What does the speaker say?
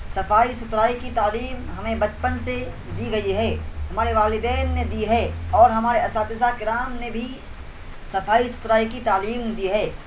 صفائی ستھرائی کی تعلیم ہمیں بچپن سے دی گئی ہے ہمارے والدین نے دی ہے اور ہمارے اساتذہ کرام نے بھی صفائی ستھرائی کی تعلیم دی ہے